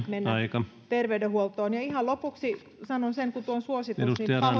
mennä terveydenhuoltoon ihan lopuksi sanon sen kun tuo on suositus että